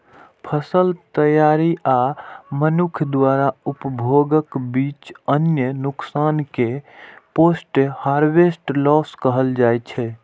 फसल तैयारी आ मनुक्ख द्वारा उपभोगक बीच अन्न नुकसान कें पोस्ट हार्वेस्ट लॉस कहल जाइ छै